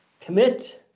Commit